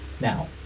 Now